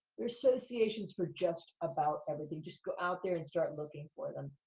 there's associations for just about everything. just go out there and start looking for them.